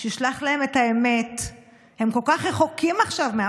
03:30 וכולם פה תוקפים את ממשלת הריפוי